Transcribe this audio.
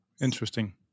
Interesting